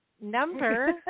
number